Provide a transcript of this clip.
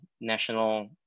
national